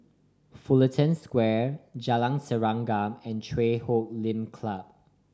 Fullerton Square Jalan Serengam and Chui Huay Lim Club